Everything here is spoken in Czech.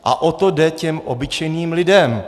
A o to jde těm obyčejným lidem.